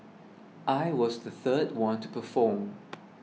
I was the third one to perform